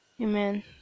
Amen